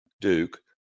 Duke